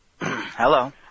Hello